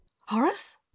Horace